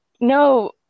No